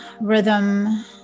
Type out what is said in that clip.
rhythm